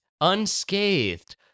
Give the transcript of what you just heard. unscathed